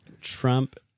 Trump